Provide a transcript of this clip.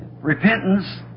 repentance